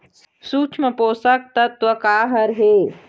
सूक्ष्म पोषक तत्व का हर हे?